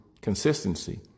consistency